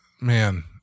man